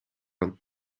dan